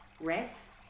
rest